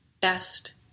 Best